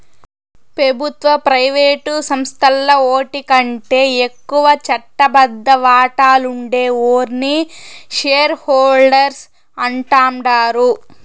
పెబుత్వ, ప్రైవేటు సంస్థల్ల ఓటికంటే ఎక్కువ చట్టబద్ద వాటాలుండే ఓర్ని షేర్ హోల్డర్స్ అంటాండారు